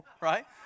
Right